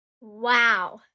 Wow